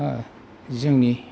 जोंनि